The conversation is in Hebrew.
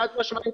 חד משמעית.